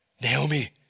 Naomi